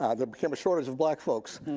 ah there became a shortage of black folks.